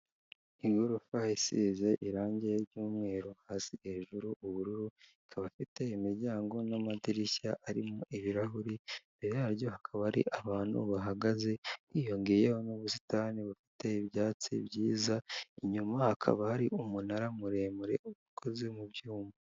Igorofa isize irangi ry'umweru hasi, hejuru ubururu, ikaba ifite imiryango n'amadirishya arimo ibirahuri, imbere yaryo hakaba hari abantu bahagaze, hiyongereyeho n'ubusitani bufite ibyatsi byiza, inyuma hakaba hari umunara muremure ukoze mu byuma.